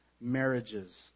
marriages